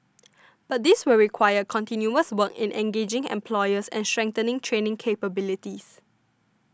but this will require continuous work in engaging employers and strengthening training capabilities